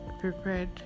prepared